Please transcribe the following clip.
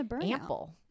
ample